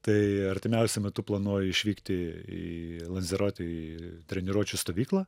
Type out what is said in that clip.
tai artimiausiu metu planuoju išvykti į lanzerotę į treniruočių stovyklą